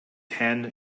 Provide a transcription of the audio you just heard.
hand